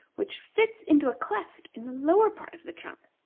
which fits into a cleft in the lower part of the trunk.